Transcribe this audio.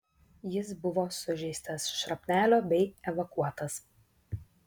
jis buvo sužeistas šrapnelio bei evakuotas